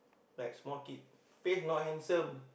like small kid face not handsome